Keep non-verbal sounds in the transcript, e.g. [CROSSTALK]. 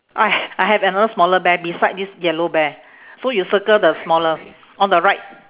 I [NOISE] I have another smaller bear beside this yellow bear so you circle the smaller on the right